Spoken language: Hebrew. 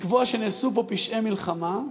לקבוע שנעשו פה פשעי מלחמה.